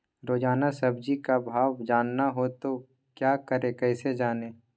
रोजाना सब्जी का भाव जानना हो तो क्या करें कैसे जाने?